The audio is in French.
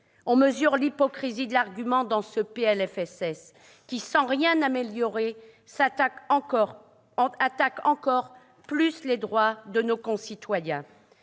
On mesure l'hypocrisie de cet argument grâce à ce PLFSS, qui, sans rien améliorer, attaque plus encore les droits de nos concitoyens.